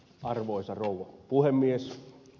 arvoisa rouva puhemies